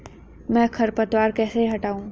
मैं खरपतवार कैसे हटाऊं?